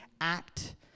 act